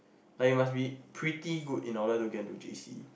like you must be pretty good in order to get into J_C